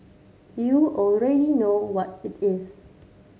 you already know what it is